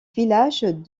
village